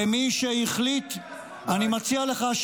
במי, אין לי שום בעיה.